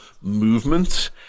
movement